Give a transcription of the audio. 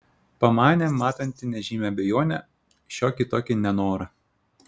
pamanė matanti nežymią abejonę šiokį tokį nenorą